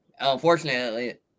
unfortunately